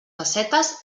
pessetes